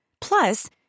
Plus